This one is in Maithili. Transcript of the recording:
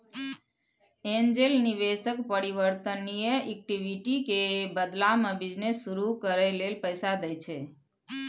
एंजेल निवेशक परिवर्तनीय इक्विटी के बदला में बिजनेस शुरू करइ लेल पैसा दइ छै